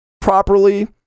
properly